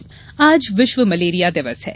malaria आज विश्व malaria दिवस है